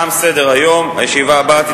תשעה הצביעו בעד, אפס מתנגדים ואפס נמנעים.